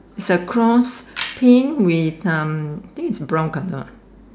is a cross paint with um I think is brown colour